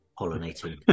pollinating